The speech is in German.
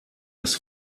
das